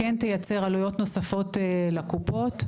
כן תייצר עלויות נוספות לקופות.